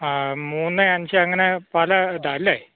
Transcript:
ആ മൂന്ന് അഞ്ച് അങ്ങനെ പല ഇതാണ് അല്ലെ